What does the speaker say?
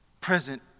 present